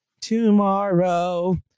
tomorrow